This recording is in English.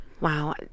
Wow